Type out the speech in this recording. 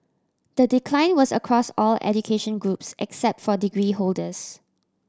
the decline was across all education groups except for degree holders